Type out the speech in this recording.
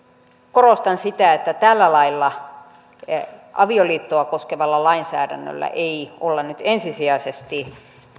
korostan sitä että tällä lailla avioliittoa koskevalla lainsäädännöllä ei olla nyt ensisijaisesti